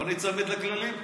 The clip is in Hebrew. לא ניצמד לכללים,